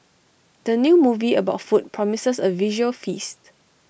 the new movie about food promises A visual feast